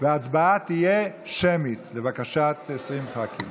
וההצבעה תהיה שמית, לבקשת 20 ח"כים.